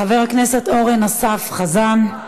חבר הכנסת אורן אסף חזן,